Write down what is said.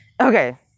Okay